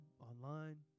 online